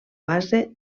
base